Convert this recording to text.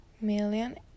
million